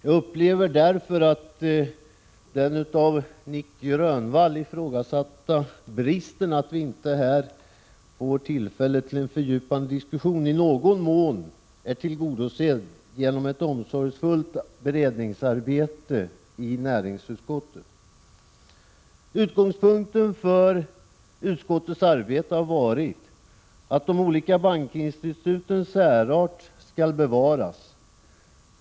Jag upplever därför att den av Nic Grönvall påtalade bristen att vi inte nu får tillfälle till en fördjupad diskussion i någon mån uppvägs av det omsorgsfulla beredningsarbetet i näringsutskottet. Utgångspunkten för utskottets arbete har varit att de olika bankinstitutens särart skall bevaras.